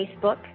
Facebook